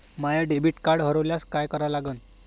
माय debit card हरोल्यास काय करा लागन?